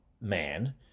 man